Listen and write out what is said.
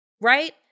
right